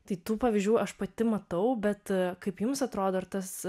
tai tų pavyzdžių aš pati matau bet kaip jums atrodo ar tas